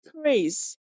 praise